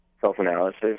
self-analysis